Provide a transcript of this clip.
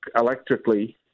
electrically